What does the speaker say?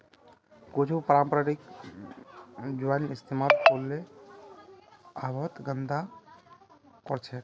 कुछू पारंपरिक जलावन इस्तेमाल करले आबोहवाक गंदा करछेक